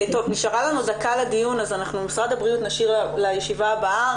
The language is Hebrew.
נשארה לנו דקה לדיון אז את משרד הבריאות נשאיר לישיבה הבאה.